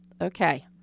Okay